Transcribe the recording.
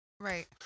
Right